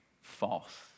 false